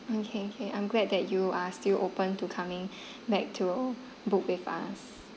okay okay I'm glad that you are still open to coming back to book with us